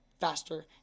faster